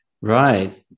Right